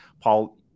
Paul